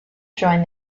join